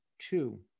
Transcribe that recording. two